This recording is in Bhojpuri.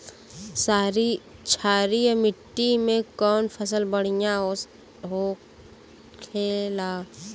क्षारीय मिट्टी में कौन फसल बढ़ियां हो खेला?